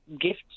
gifts